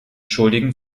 schuldigen